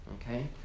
okay